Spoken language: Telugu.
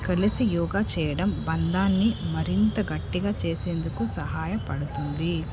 కలిసి యోగా చేయడం బంధాన్ని మరింత గట్టిగా చేసేందుకు సహాయపడుతుంది